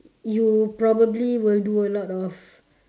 you probably will do a lot of